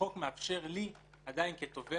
החוק מאפשר לי כתובע